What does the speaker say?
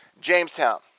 Jamestown